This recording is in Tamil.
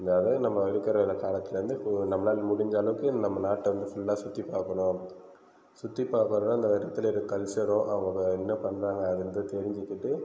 இருந்தாலும் நம்ம இருக்குகிற இந்த காலத்துலேருந்து நம்மளால் முடிஞ்ச அளவுக்கு நம்ம நாட்டை வந்து ஃபுல்லா சுற்றி பார்க்கணும் சுற்றி பார்க்குறோம்னா இந்த இடத்துல இருக்க கல்ச்சரோ அவங்க என்ன பண்ணுறாங்க அது வந்து தெரிஞ்சுக்கிட்டு